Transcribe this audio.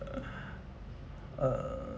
err